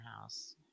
house